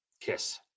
Kiss